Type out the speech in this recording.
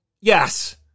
Yes